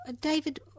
David